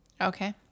Okay